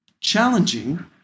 challenging